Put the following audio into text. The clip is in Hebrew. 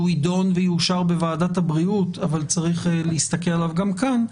שהוא יידון ויאושר בוועדת הבריאות אבל צריך להסתכל עליו גם כאן,